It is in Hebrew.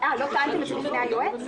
לא טענתם את זה בפני היועץ?